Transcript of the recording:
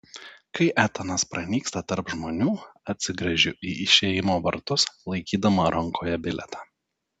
kai etanas pranyksta tarp žmonių atsigręžiu į išėjimo vartus laikydama rankoje bilietą